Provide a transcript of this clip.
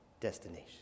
destination